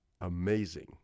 amazing